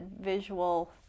visual